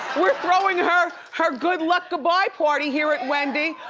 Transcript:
we're throwing her, her good luck goodbye party here at wendy,